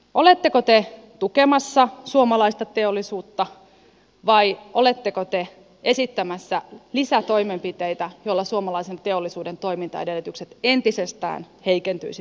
oletteko te tukemassa suomalaista teollisuutta vai oletteko te esittämässä lisätoimenpiteitä joilla suomalaisen teollisuuden toimintaedellytykset entisestään heikentyisivät tässä yhteydessä